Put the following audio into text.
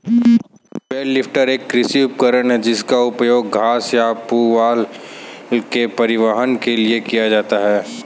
bell lifter एक कृषि उपकरण है जिसका उपयोग घास या पुआल के परिवहन के लिए किया जाता है